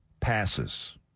passes